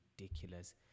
ridiculous